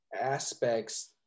aspects